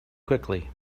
quickly